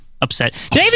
upset